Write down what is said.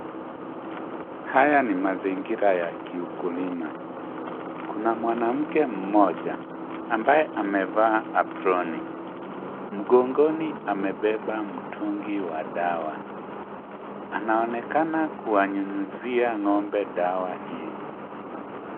Haya ni mazingira ya kiukulima. Kuna mwanamke mmoja ambaye amevaa aproni. Mgongoni amebeba mtungi wa dawa. Anaonekana kuwanyunyizia ng'ombe dawa hii.